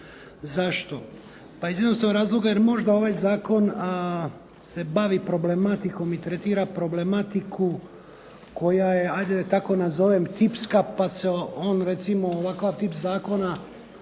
Zašto? Pa iz jednostavnog razloga jer možda ovaj Zakon se bavi problematikom i tretira problematiku koja je ajde da tako nazovem, tipska pa se on ovakav tip zakona